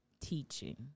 teaching